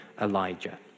Elijah